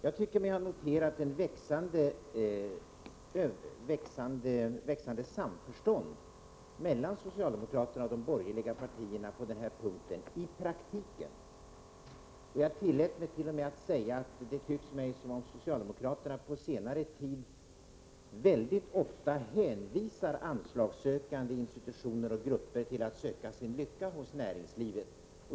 Jag tycker mig ha noterat ett växande samförstånd mellan socialdemokraterna och de borgerliga partierna på denna punkt —- i praktiken — och jag tillät mig t.o.m. att säga att det tycks mig som om socialdemokraterna på senare tid mycket ofta hänvisar anslagssökande institutioner och grupper till att söka sin lycka hos näringslivet.